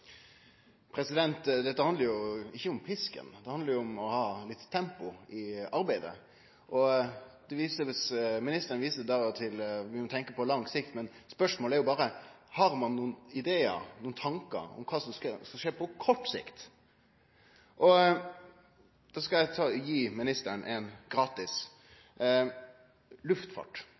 oppfølgingsspørsmål. Dette handlar ikkje om pisken, det handlar om å ha litt tempo i arbeidet. Ministeren viser til at vi må tenkje på lang sikt, men spørsmålet er berre: Har ein nokon idear eller tankar om kva som skal skje på kort sikt? Da skal eg gje ministeren éin gratis: luftfart.